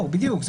בדיוק.